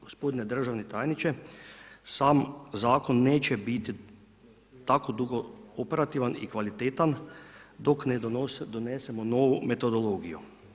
Gospodine državni tajniče, sam Zakon neće biti tako dugo operativan i kvalitetan dok ne donesemo novu metodologiju.